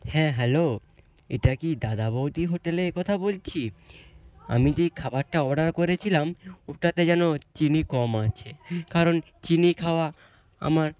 হ্যাঁ হ্যালো এটা কি দাদা বৌদি হোটেলের কথা বলছি আমি যেই খাবারটা অর্ডার করেছিলাম ওটাতে যেন চিনি কম আছে কারণ চিনি খাওয়া আমার